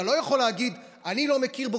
אתה לא יכול להגיד: אני לא מכיר בו